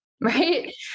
right